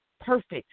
perfect